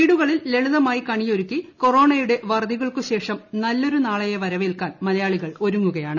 വീടുകളിൽ ലളിതമായി കണിയൊരുക്കി കൊറോണ വറുതികൾക്കുശേഷം നല്ലൊരു നാളെയെ വരവേൽക്കാൻ യുടെ മലയാളികൾ ഒരുങ്ങുകയാണ്